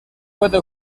puede